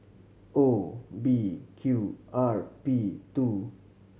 O B Q R P two